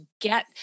get